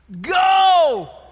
Go